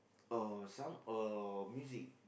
uh some uh music